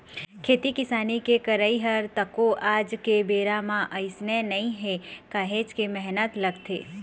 खेती किसानी के करई ह तको आज के बेरा म अइसने नइ हे काहेच के मेहनत लगथे